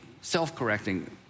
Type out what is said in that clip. self-correcting